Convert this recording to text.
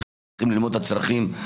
צריכים ללמוד את הצרכים.